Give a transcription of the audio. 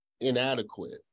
inadequate